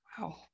Wow